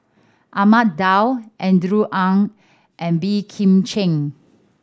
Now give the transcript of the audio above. Ahmad Daud Andrew Ang and Boey Kim Cheng